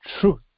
truth